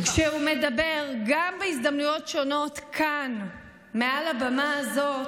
כשהוא מדבר גם בהזדמנויות שונות כאן מעל הבמה הזאת,